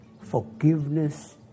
forgiveness